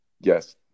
Yes